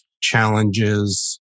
challenges